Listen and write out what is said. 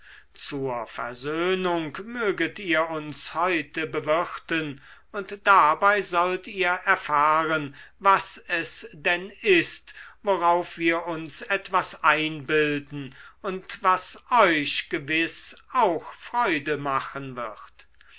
zur versöhnung möget ihr uns heute bewirten und dabei sollt ihr erfahren was es denn ist worauf wir uns etwas einbilden und was euch gewiß auch freude machen wird